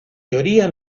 teoría